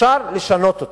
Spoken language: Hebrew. אפשר לשנות אותו.